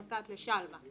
היא נוסעת ל"שלוה",